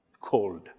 Cold